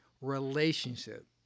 relationship